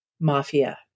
Mafia